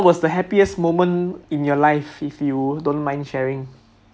what was the happiest moment in your life if you don't mind sharing